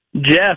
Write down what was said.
Jeff